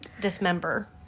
dismember